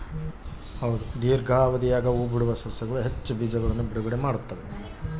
ದೀರ್ಘಾವಧಿಯಾಗ ಹೂಬಿಡುವ ಸಸ್ಯಗಳು ಹೆಚ್ಚು ಬೀಜಗಳನ್ನು ಬಿಡುಗಡೆ ಮಾಡ್ತ್ತವೆ